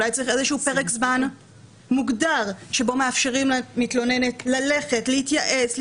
אולי צריך פרק זמן מוגדר שבו מאפשרים למתלוננת ללכת להתייעץ,